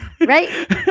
Right